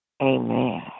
Amen